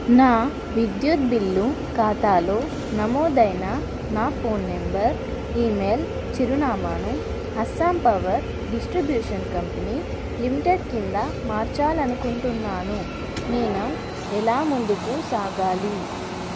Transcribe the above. నా విద్యుత్ బిల్లు ఖాతాలో నమోదైన నా ఫోన్ నెంబర్ ఇమెయిల్ చిరునామాను Assam power distribution company limited కింద మార్చాలనుకుంటున్నాను నేను ఎలా ముందుకు సాగాలి